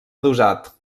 adossat